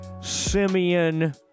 Simeon